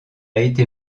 été